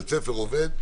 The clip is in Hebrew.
בית הספר עובד,